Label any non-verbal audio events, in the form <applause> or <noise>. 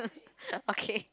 <laughs> okay